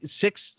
six